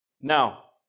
Now